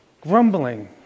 grumbling